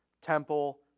Temple